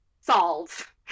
solve